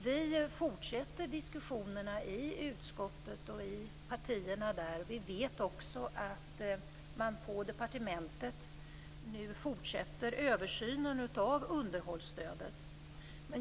Vi fortsätter diskussionerna i utskottet och i partierna där. Vi vet också att man på departementet nu fortsätter översynen av underhållsstödet.